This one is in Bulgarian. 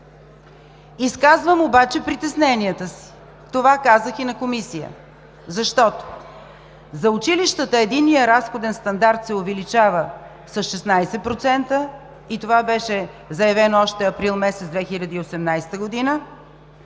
Изказвам обаче притесненията си – това казах и в Комисията, защото за училищата единният разходен стандарт се увеличава с 16%. Това беше заявено още април месец 2018 г., а